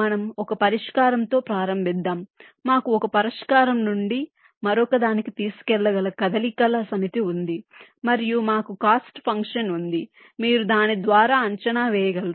మనం ఒక పరిష్కారంతో ప్రారంభిస్తాము మాకు ఒక పరిష్కారం నుండి మరొకదానికి తీసుకెళ్లగల కదలికల సమితి ఉంది మరియు మాకు కాస్ట్ ఫంక్షన్ ఉంది మీరు దాని ద్వారా అంచనా వేయగలరు